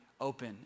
open